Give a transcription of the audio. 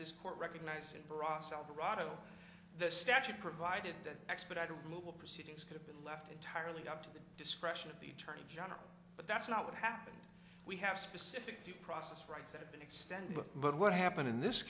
this court recognizes borat's alvarado the statute provided that expedited removal proceedings could be left entirely up to the discretion of the attorney general but that's not what happened we have specific due process rights that have been extended but what happened in this